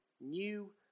new